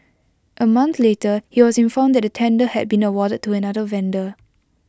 A month later he was informed that the tender had been awarded to another vendor